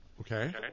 Okay